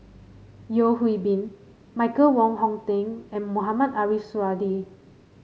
Yeo Hwee Bin Michael Wong Hong Teng and Mohamed Ariff Suradi